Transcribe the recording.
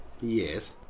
Yes